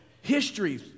history